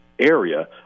area